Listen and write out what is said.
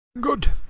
Good